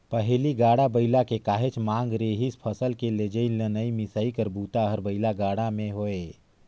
पहिली गाड़ा बइला के काहेच मांग रिहिस फसल के लेजइ, लनइ, मिसई कर बूता हर बइला गाड़ी में होये